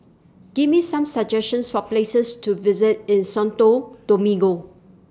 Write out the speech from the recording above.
Give Me Some suggestions For Places to visit in Santo Domingo